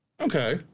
Okay